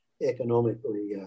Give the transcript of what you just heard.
economically